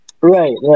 right